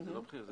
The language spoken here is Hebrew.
זה לא --- תומר,